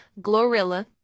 Glorilla